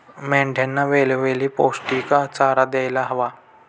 मेंढ्यांना वेळोवेळी पौष्टिक चारा द्यायला हवा